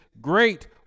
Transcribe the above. great